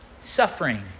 suffering